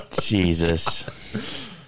Jesus